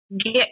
get